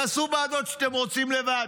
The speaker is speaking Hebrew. תעשו ועדות שאתם רוצים לבד.